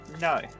No